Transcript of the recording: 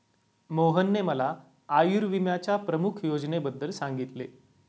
मोहनने मला आयुर्विम्याच्या प्रमुख योजनेबद्दल सांगितले